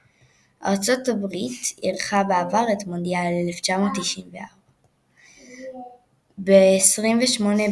זהו המונדיאל הראשון מאז מונדיאל 2002 שנערך ביותר ממדינה אחת,